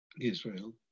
Israel